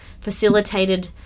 facilitated